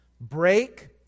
Break